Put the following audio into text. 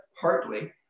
partly